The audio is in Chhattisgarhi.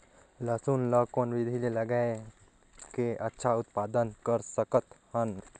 लसुन ल कौन विधि मे लगाय के अच्छा उत्पादन कर सकत हन?